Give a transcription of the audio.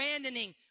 abandoning